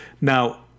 Now